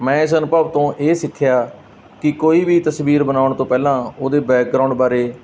ਮੈਂ ਇਸ ਅਨੁਭਵ ਤੋਂ ਇਹ ਸਿੱਖਿਆ ਕਿ ਕੋਈ ਵੀ ਤਸਵੀਰ ਬਣਾਉਣ ਤੋਂ ਪਹਿਲਾਂ ਉਹਦੇ ਬੈਕਗਰਾਉਂਡ ਬਾਰੇ